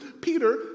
Peter